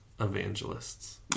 evangelists